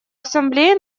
ассамблея